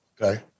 Okay